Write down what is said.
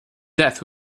death